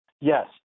Yes